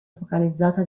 focalizzata